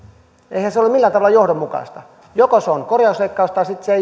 eihän se ole millään tavalla johdonmukaista joko se on korjausleikkaus tai sitten se